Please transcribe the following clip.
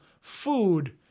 food